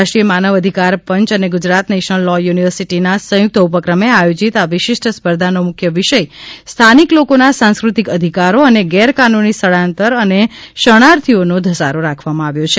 રાષ્ટ્રીય માનવ અધિકાર પંચ અને ગુજરાત નેશનલ લો યુનિવર્સિટીના સંયુક્ત ઉપક્રમે આયોજિત આ વિશિષ્ટ સ્પર્ધાનો મુખ્ય વિષય સ્થાનિક લોકોના સાંસ્કૃતિક અધિકારો અને ગેરકાનૂની સ્થળાંતર અને શરણાર્થીઓના ધસારો રાખવામાં આવ્યો છે